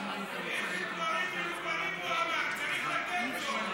איזה דברים מנוולים הוא אמר, צריך לתת לו.